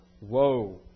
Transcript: woe